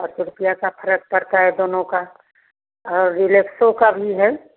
पाँच सौ रुपया का फ़र्क पड़ता है दोनों का और रिलैक्सो का भी है